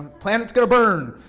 planet's gonna burn!